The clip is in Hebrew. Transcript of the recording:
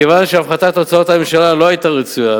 מכיוון שהפחתת הוצאות הממשלה לא היתה רצויה,